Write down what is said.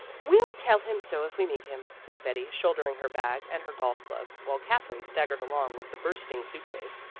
we'll tell him so if we meet him, said betty, shouldering her bag and her golf clubs, while katherine staggered along with the bursting suit-case.